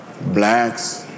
Blacks